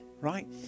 right